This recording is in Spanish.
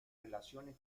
relaciones